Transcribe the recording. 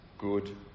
good